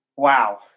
Wow